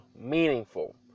meaningful